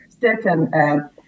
certain